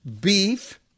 beef